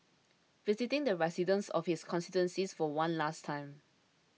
visiting the residents of his constituency for one last time